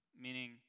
Meaning